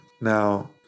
Now